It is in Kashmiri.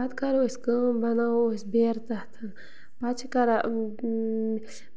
پَتہٕ کَرَو أسۍ کٲم بَناوو أسۍ بیرِ تَتہٕ پَتہٕ چھِ کَران